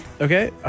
Okay